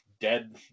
dead